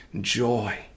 joy